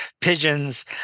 pigeons